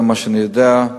זה מה שאני יודע,